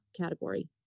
category